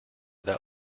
that